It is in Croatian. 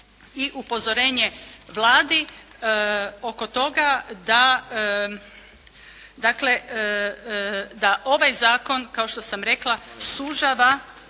i upozorenje Vladi oko toga da, dakle da ovaj Zakon kao što sam rekla sužava